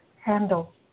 handle